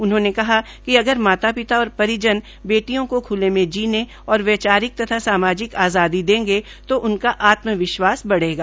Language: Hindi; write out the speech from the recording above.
उन्होंने कहा कि अगर माता पिता तथा परिजन बेटियों को खूले में जीने की और वैचारिक और सामाजिक आज़ादी देगे तो उनका आत्म विश्वास बढ़ेगा